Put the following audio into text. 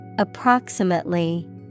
Approximately